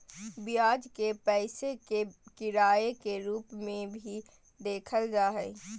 ब्याज के पैसे के किराए के रूप में भी देखल जा हइ